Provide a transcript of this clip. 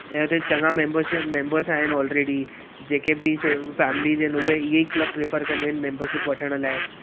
ऐं हुते चङा मेम्बरशिप मेम्बेर्स आहिनि आलरेडी जेके बि फेमिलिस आहिनि उहे इहे ई क्लब प्रेफर कंदा आहिनि मेम्बरशिप वठण लाइ